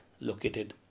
located